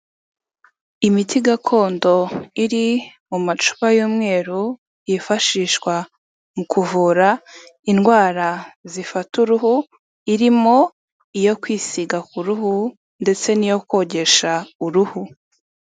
Imiti gakondo iri mu macupa y'umweru yifashishwa mu kuvura indwara zifata uruhu, irimo iyo kwisiga ku ruhu ndetse n'iyo kogesha uruhu.